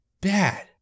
bad